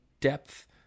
depth